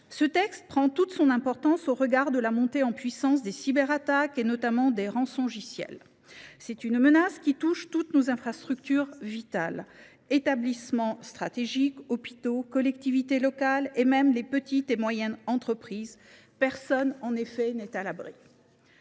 Ce projet de loi est essentiel au regard de la montée en puissance des cyberattaques, et notamment des rançongiciels. C’est une menace qui touche toutes nos infrastructures vitales. Établissements stratégiques, hôpitaux, collectivités locales, et même petites et moyennes entreprises : personne n’est à l’abri